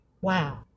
Wow